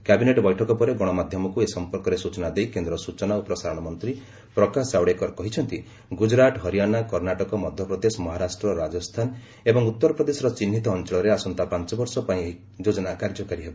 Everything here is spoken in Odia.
କ୍ୟାବିନେଟ୍ ବୈଠକ ପରେ ଗଣମାଧ୍ୟମକୁ ଏ ସମ୍ପର୍କରେ ସ୍କଚନା ଦେଇ କେନ୍ଦ୍ର ସୂଚନା ଓ ପ୍ରସାରଣ ମନ୍ତ୍ରୀ ପ୍ରକାଶ ଜାଭଡେକର କହିଛନ୍ତି ଗ୍ରଜରାଟ ହରିଆଣା କର୍ଷାଟକ ମଧ୍ୟପ୍ରଦେଶ ମହାରାଷ୍ଟ୍ର ରାଜସ୍ଥାନ ଏବଂ ଉତ୍ତରପ୍ରଦେଶର ଚିହ୍ରିତ ଅଞ୍ଚଳରେ ଆସନ୍ତା ପାଞ୍ଚ ବର୍ଷ ପାଇଁ ଏହି ଯୋକ୍ତନା କାର୍ଯ୍ୟକାରି ହେବ